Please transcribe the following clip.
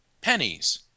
pennies